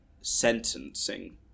sentencing